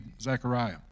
Zechariah